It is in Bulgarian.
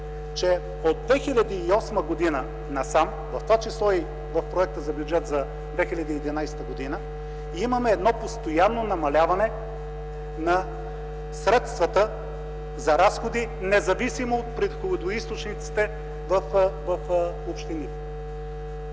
че от 2008 г. насам, в това число и в Проекта за бюджет за 2011 г., имаме постоянно намаляване на средствата за разходи, независимо от приходоизточниците в общините.